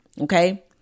okay